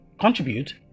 contribute